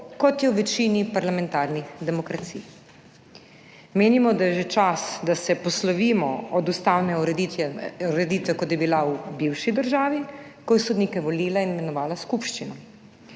kot je v večini parlamentarnih demokracij. Menimo, da je že čas, da se poslovimo od ustavne ureditve, kot je bila v bivši državi, ko je sodnike volila in imenovala skupščina.